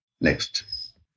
Next